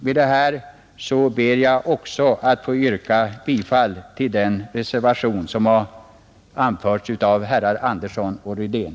Med detta ber jag också att få yrka bifall till den reservation som avgivits av herrar Andersson i Örebro och Rydén,